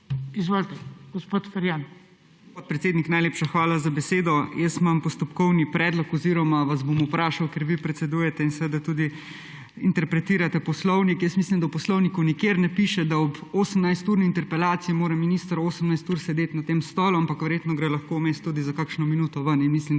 izvolite, gospod Ferjan.